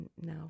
now